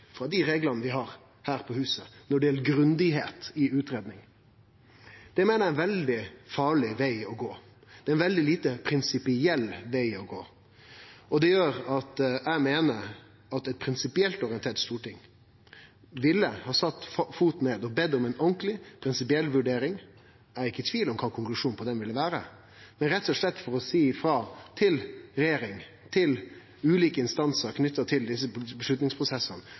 frå dei reglane vi har her på huset når det gjeld å vere grundig i utgreiinga. Det meiner eg er ein veldig farleg veg å gå. Det er ein veldig lite prinsipiell veg å gå. Og det gjer at eg meiner at eit prinsipielt orientert storting ville ha sett foten ned og bedt om ei ordentleg, prinsipiell vurdering. Eg er ikkje i tvil om kva konklusjonen på den ville ha vore: rett og slett å seie frå til regjering, til ulike instansar knytt til desse